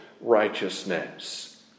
righteousness